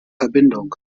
verbindung